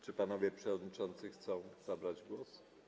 Czy panowie przewodniczący chcą zabrać głos?